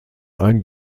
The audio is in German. ein